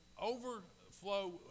overflow